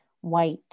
white